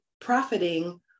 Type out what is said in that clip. profiting